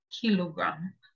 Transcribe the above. kilogram